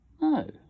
no